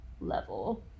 level